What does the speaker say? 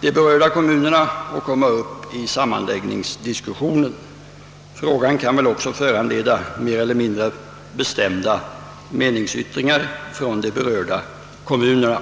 de berörda kommunerna och komma upp i sammanläggningsdiskussionen. Frågan kan väl ock så föranleda mer eller mindre bestämda meningsyttringar från de berörda kommunerna.